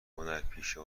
هنرپیشه